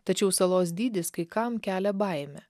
tačiau salos dydis kai kam kelia baimę